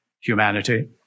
humanity